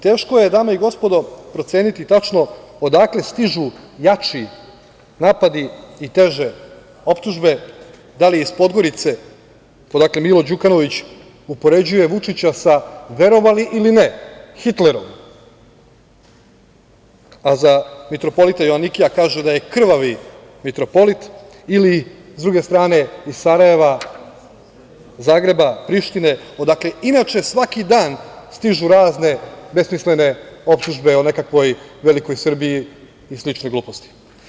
Teško je, dame i gospodo, proceniti tačno odakle stižu jači napadi i teže optužbe, da li iz Podgorice, odakle Milo Đukanović upoređuje Vučića sa, verovali ili ne, Hitlerom, a za mitropolita Joanikija kaže da je krvavi mitropolit ili s druge strane, iz Sarajeva, Zagreba, Prištine, odakle inače svaki dan stižu razne besmislene optužbe o nekakvoj velikoj Srbiji i slične gluposti.